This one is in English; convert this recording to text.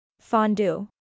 Fondue